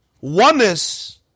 oneness